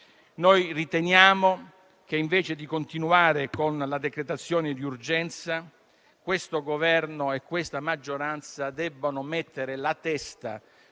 Noi riteniamo che, invece di continuare con la decretazione di urgenza, il Governo e la maggioranza debbano concentrarsi